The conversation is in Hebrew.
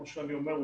כמו שאני אומר,